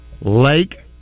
Lake